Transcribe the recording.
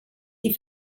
die